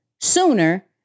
sooner